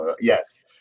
Yes